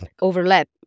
overlap